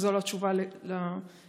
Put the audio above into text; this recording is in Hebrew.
זו לא תשובה להכול,